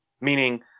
Meaning